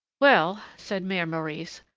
well, said mere maurice,